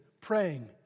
praying